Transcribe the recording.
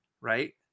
right